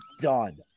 done